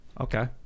Okay